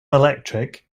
electric